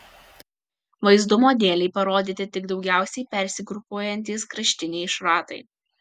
vaizdumo dėlei parodyti tik daugiausiai persigrupuojantys kraštiniai šratai